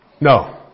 No